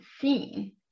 seen